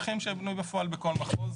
שטחים שהם בנויים בפועל בכל מחוז.